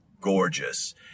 gorgeous